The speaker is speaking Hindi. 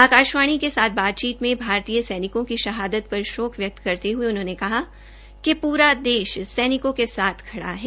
आकाशवाणी के साथ बातचीत में भारतीय सैनिकों की शहादत पर शोक व्यक्त करते हये उन्होंने कहा कि पूरा देश सैनिकों के साथ खड़ा है